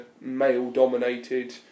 male-dominated